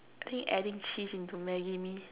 I think adding cheese into maggi mee